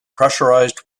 pressurized